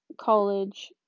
college